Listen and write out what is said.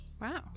Wow